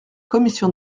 commission